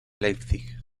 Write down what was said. leipzig